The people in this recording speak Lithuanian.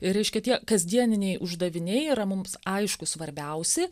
reiškia tie kasdieniniai uždaviniai yra mums aišku svarbiausi